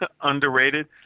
Underrated